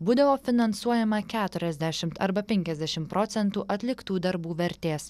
būdavo finansuojama keturiasdešimt arba penkiasdešimt procentų atliktų darbų vertės